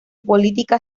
política